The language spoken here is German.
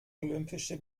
olympische